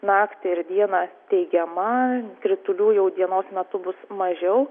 naktį ir dieną teigiama kritulių jau dienos metu bus mažiau